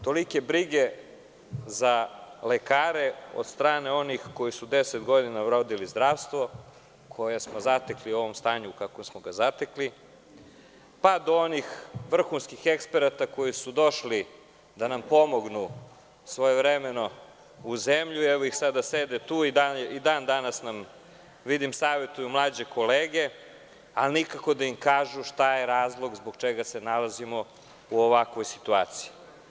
Tolike brige za lekare od strane onih koji su deset godina vodili zdravstvo, koje smo zatekli u ovakvom stanju u kakvom smo ga zatekli, pa do onih vrhunskih eksperata koji su došli da nam pomognu svojevremeno u zemlju, a sada sede tu i dan danas vidim da savetuju mlađe kolege, ali nikako da im kažu šta je razlog zbog čega se nalazimo u ovakvoj situaciji.